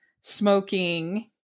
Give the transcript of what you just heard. smoking